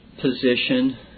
position